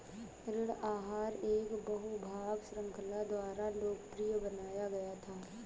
ऋण आहार एक बहु भाग श्रृंखला द्वारा लोकप्रिय बनाया गया था